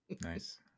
Nice